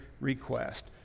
request